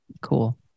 Cool